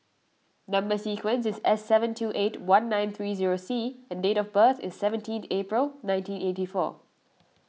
Number Sequence is S seven two eight one nine three zero C and date of birth is seventeenth April nineteen eighty four